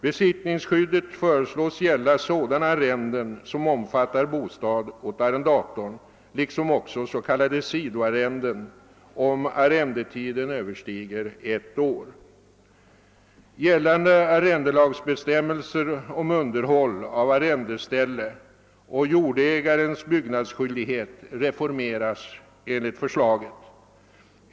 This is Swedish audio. Besittningsskyddet föreslås gälla sådana arrenden som omfattar bostad åt arrendatorn liksom också s.k. sidoarrenden, om arrendetiden överstiger ett år. Gällande arrendelagbestämmelser om underhåll av arrendeställe och jordägarens byggnadsskyldighet reformeras enligt förslaget.